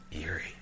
eerie